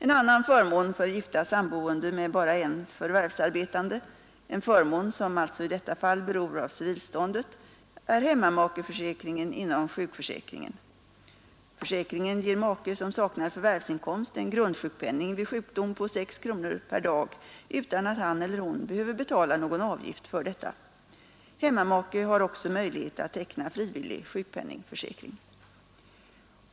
En annan förmån för gifta samboende med bara en förvärvsarbetande, en förmån som alltså i detta fall beror av civilståndet, fall i arbetet kan mannen få änklingslivränta är hemmamakeförsäkringen inom sjukförsäkringen. Försäkringen ger make som saknar förvärvsinkomst en grundsjukpenning vid sjukdom på 6 kronor per dag utan att han eller hon behöver betala någon avgift för detta. Hemmamake har också möjlighet att teckna frivillig sjukpenningförsäkring.